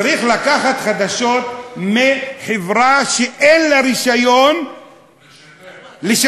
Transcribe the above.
צריך לקחת חדשות מחברה שאין לה רישיון לשדר.